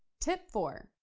tip four,